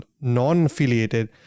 non-affiliated